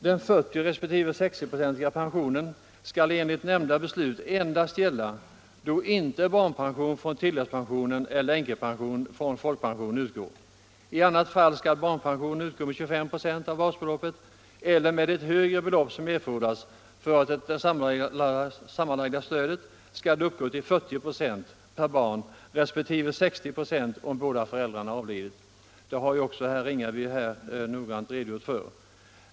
Den 40 procentiga resp. 60-procentiga pensionen skall enligt nämnda beslut endast gälla då inte barnpension från tilläggspensionen eller änkepension från folkpensionen utgår. I annat fall skall barnpensionen utgå med 25 96 av basbeloppet eller med det högre belopp som erfordras för att det sammanlagda stödet skall uppgå till 40 96 per barn, resp. 60 96 per barn om båda föräldrarna har avlidit. Detta har ju också herr Ringaby noggrant redogjort för.